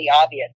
obvious